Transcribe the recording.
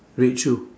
red shoe